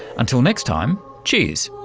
until next time, cheers!